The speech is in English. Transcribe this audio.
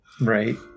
Right